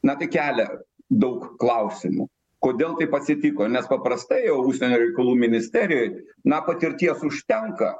na tai kelia daug klausimų kodėl taip atsitiko nes paprastai užsienio reikalų ministerijoj na patirties užtenka